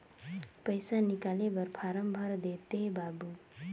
पइसा निकाले बर फारम भर देते बाबु?